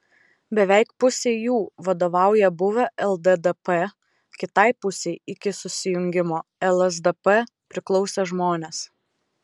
beveik pusei jų vadovauja buvę lddp kitai pusei iki susijungimo lsdp priklausę žmonės